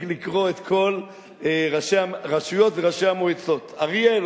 לקרוא את שמות כל ראשי הרשויות וראשי המועצות: אריאל,